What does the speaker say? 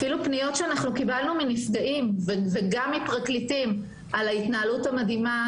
ואפילו פניות שקיבלנו מנפגעים ומפרקליטים על ההתנהלות המדהימה,